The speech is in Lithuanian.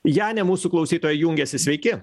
janė mūsų klausytoja jungiasi sveiki